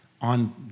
on